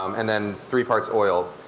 um and then three parts oil.